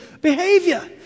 behavior